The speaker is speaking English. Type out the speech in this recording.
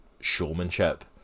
showmanship